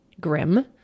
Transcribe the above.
grim